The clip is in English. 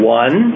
one